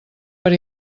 per